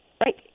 Right